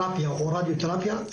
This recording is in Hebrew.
או רדיותרפיה,